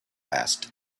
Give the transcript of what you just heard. asked